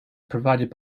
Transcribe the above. provided